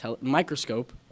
microscope